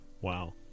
Wow